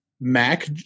Mac